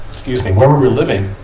excuse me where we were living,